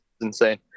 insane